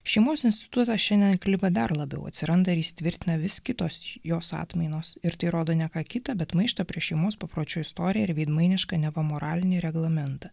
šeimos institutas šiandien kliba dar labiau atsiranda ir įsitvirtina vis kitos jos atmainos ir tai rodo ne ką kita bet maištą prieš šeimos papročių istoriją ir veidmainišką neva moralinį reglamentą